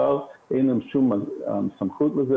אין לה כל סמכות לכך.